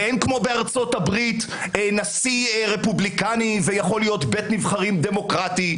ואין כמו בארצות הברית נשיא רפובליקני ויכול להיות בית נבחרים דמוקרטי,